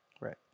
right